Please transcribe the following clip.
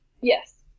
Yes